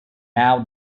now